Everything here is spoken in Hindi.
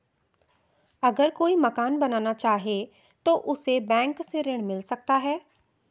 अगर कोई मकान बनाना चाहे तो उसे बैंक से ऋण मिल सकता है?